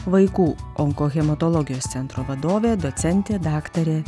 vaikų onkohematologijos centro vadovė docentė daktarė